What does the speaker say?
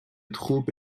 troupe